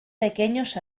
pequeños